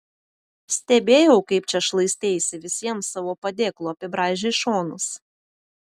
stebėjau kaip čia šlaisteisi visiems savo padėklu apibraižei šonus